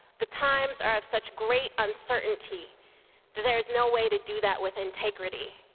the times are of such great uncertainty that there's no way to do that with integrity.